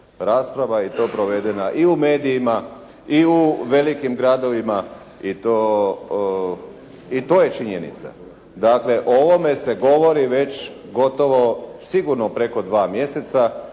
i to je provedena i u medijima i u velikim gradovima i to je činjenica. Dakle, o ovome se govori već gotovo sigurno preko 2 mjeseca,